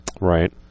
Right